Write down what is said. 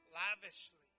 lavishly